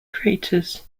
craters